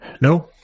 No